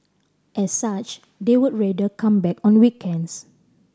as such they would rather come back on weekends